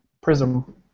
Prism